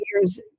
years